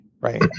Right